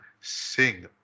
sing